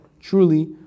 truly